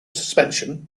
suspension